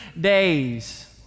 days